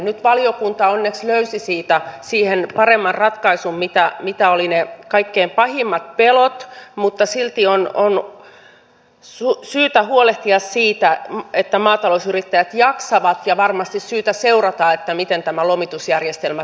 nyt valiokunta onneksi löysi siihen paremman ratkaisun kuin mitä olivat ne kaikkein pahimmat pelot mutta silti on syytä huolehtia siitä että maatalousyrittäjät jaksavat ja varmasti syytä seurata miten tämä lomitusjärjestelmä toimii